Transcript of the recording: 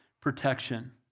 protection